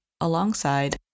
alongside